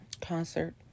Concert